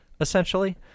essentially